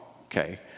Okay